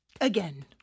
Again